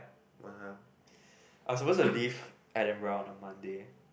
I suppose to leave Edinburgh on the Monday